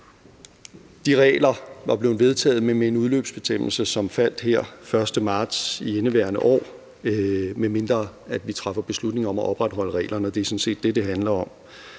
De regler var blevet vedtaget med en udløbsbestemmelse, som bortfalder her 1. marts i indeværende år, medmindre vi træffer beslutning om at opretholde reglerne, og det er sådan set det, det handler om.